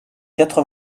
quatre